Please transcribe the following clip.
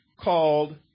called